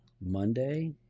Monday